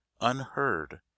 unheard